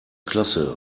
klasse